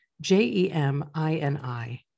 J-E-M-I-N-I